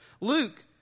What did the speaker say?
Luke